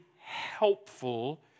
helpful